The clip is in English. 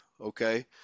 okay